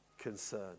concern